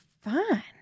fine